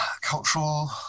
cultural